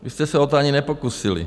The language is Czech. Vy jste se o to ani nepokusili.